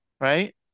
right